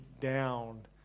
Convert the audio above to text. down